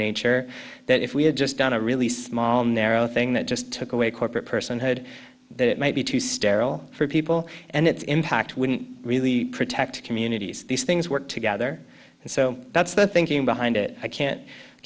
nature that if we had just done a really small narrow thing that just took away corporate personhood that it might be too sterile for people and its impact wouldn't really protect communities these things work together and so that's the thinking behind it i can't